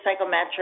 psychometrics